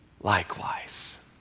likewise